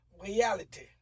reality